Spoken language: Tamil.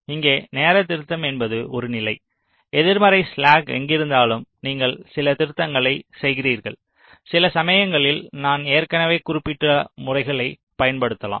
இங்கே நேர திருத்தம் என்பது ஒரு நிலை எதிர்மறை ஸ்லாக் எங்கிருந்தாலும் நீங்கள் சில திருத்தங்களைச் செய்கிறீர்கள் சில சமயங்களில் நான் ஏற்கனவே குறிப்பிட்டுள்ள முறைகளைப் பயன்படுத்தலாம்